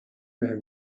بهم